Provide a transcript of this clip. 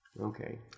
Okay